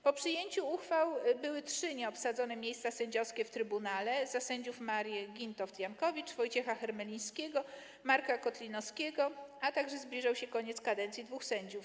Po przyjęciu tych uchwał były trzy nieobsadzone miejsca sędziowskie w trybunale: za sędziów Marię Gintowt-Jankowicz, Wojciecha Hermelińskiego i Marka Kotlinowskiego, a także zbliżał się koniec kadencji dwóch sędziów: